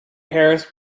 harris